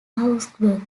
augsburg